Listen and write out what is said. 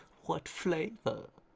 what flavor?